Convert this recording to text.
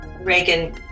Reagan